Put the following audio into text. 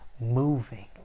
moving